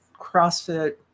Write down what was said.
CrossFit